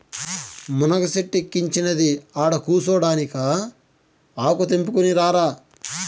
మునగ సెట్టిక్కించినది ఆడకూసోడానికా ఆకు తెంపుకుని రారా